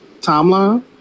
timeline